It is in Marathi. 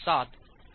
7 1